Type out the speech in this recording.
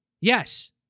Yes